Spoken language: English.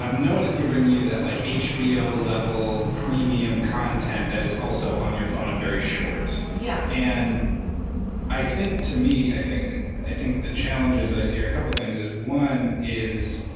um no one is giving you that, like, hbo-level premium content that is also on your phone and very short. yeah. and i think, to me, i think i think the challenges i see are a couple things. one is